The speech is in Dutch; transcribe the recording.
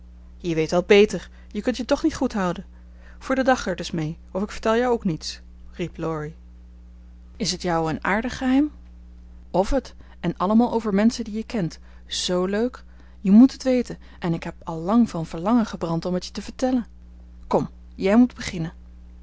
je weet wel beter je kunt je toch niet goed houden voor den dag er dus mee of ik vertel jou ook niets riep laurie is het jouwe een aardig geheim of het en allemaal over menschen die je kent z leuk je moet het weten en ik heb al lang van verlangen gebrand om het je te vertellen kom jij moet beginnen